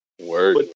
word